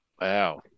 Wow